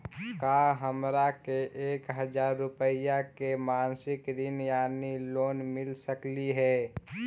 का हमरा के एक हजार रुपया के मासिक ऋण यानी लोन मिल सकली हे?